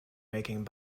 making